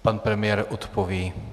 Pan premiér odpoví.